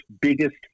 biggest